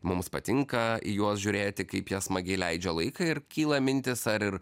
mums patinka į juos žiūrėti kaip jie smagiai leidžia laiką ir kyla mintis ar ir